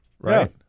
Right